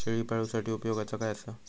शेळीपाळूसाठी उपयोगाचा काय असा?